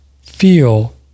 feel